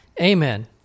Amen